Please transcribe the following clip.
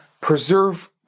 preserve